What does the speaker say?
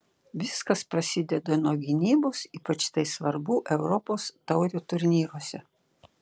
viskas prasideda nuo gynybos ypač tai svarbu europos taurių turnyruose